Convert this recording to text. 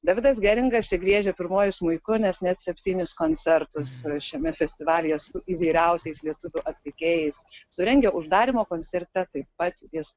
davidas geringas čia griežia pirmuoju smuiku nes net septynis koncertus šiame festivalyje su įvairiausiais lietuvių atlikėjais surengia uždarymo koncerte taip pat jis